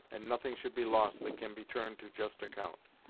and nothing should be lost that can be turned to just account.